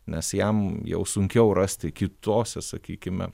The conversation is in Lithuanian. nes jam jau sunkiau rasti kitose sakykime